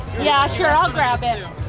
yeah sure i'll grab it.